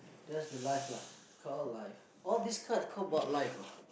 that's the life lah all life all these cards about life ah